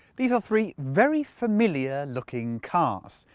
these are three very familiar looking cars.